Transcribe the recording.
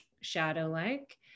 shadow-like